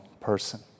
person